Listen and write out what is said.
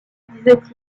disait